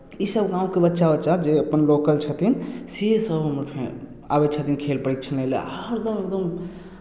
इसभ गाँवके बच्चा उच्चा जे अपन लोकल छथिन सेसभ हमर फ्रेंड आबै छथिन खेल परीक्षण लेल आ हरदम एकदम